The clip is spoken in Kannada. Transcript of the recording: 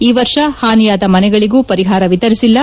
ಈ ವರ್ಷ ಹಾನಿಯಾದ ಮನೆಗಳಿಗೂ ಪರಿಹಾರ ವಿತರಿಸಿಲ್ಲ